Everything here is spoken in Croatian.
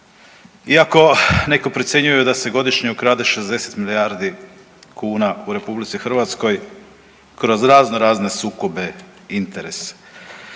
iako neko procjenjuje da se godišnje ukrade 60 milijardi kuna u RH kroz razno razne sukobe interesa.